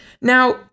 Now